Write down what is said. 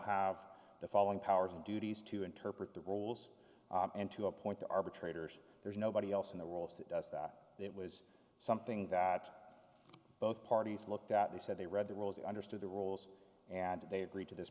have the following powers and duties to interpret the rules and to appoint the arbitrators there's nobody else in the world that does that that was something that both parties looked at they said they read the rules and understood the rules and they agreed to this